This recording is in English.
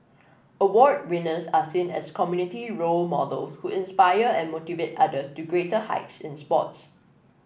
award winners are seen as community role models who inspire and motivate others to greater heights in sports